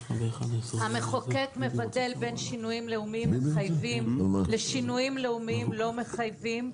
המחוקק מבדל בין שינויים לאומיים מחייבים לשינויים לאומיים לא מחייבים,